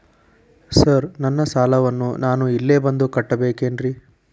Sir ನನ್ನ ಸಾಲವನ್ನು ನಾನು ಇಲ್ಲೇ ಬಂದು ಕಟ್ಟಬೇಕೇನ್ರಿ?